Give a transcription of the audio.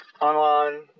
online